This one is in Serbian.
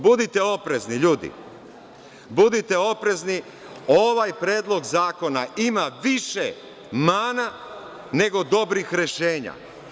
Budite oprezni ljudi, budite oprezni ovaj Predlog zakona ima više mana, nego dobrih rešenja.